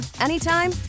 anytime